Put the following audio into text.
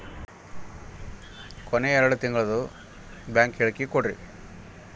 ಕೊನೆ ಎರಡು ತಿಂಗಳದು ಬ್ಯಾಂಕ್ ಹೇಳಕಿ ಕೊಡ್ರಿ